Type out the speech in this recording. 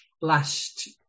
last